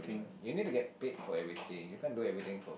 you need to get paid for everything you can't do everything for